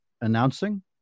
announcing